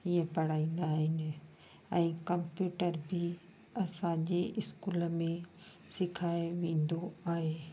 ईअं पढ़ाईंदा आहिनि ऐं कंप्यूटर बि असांजे स्कूल में सेखारियो वेंदो आहे